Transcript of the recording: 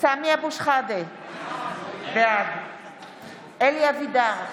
סמי אבו שחאדה, בעד אלי אבידר,